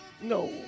No